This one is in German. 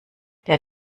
der